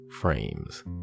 frames